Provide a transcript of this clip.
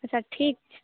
अच्छा ठीक छै